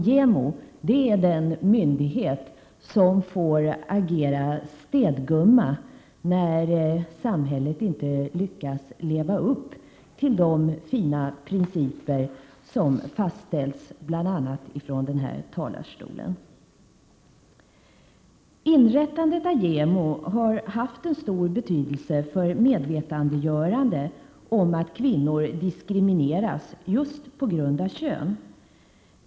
JämO är den myndighet som får agera städgumma när samhället inte lyckas leva upp till de fina principer som fastställs bl.a. från denna talarstol. Inrättandet av JämO har haft stor betydelse för medvetandegörande om att kvinnor diskrimineras just på grund av kön.